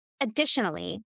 Additionally